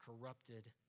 corrupted